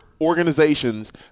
organizations